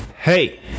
hey